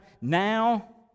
now